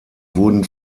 wurden